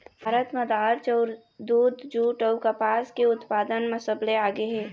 भारत ह दार, चाउर, दूद, जूट अऊ कपास के उत्पादन म सबले आगे हे